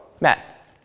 Matt